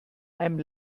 einem